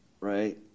right